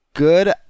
Good